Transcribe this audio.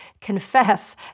confess